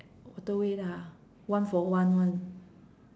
waterway lah one for one [one]